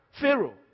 Pharaoh